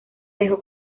dejó